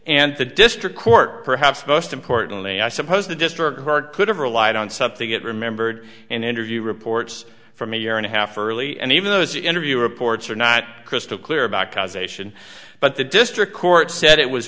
and the district court perhaps most importantly i suppose the district court could have relied on something that remembered an interview reports from a year and a half early and even those interview reports are not crystal clear about causation but the district court said it was